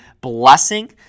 blessing